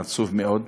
זה עצוב מאוד.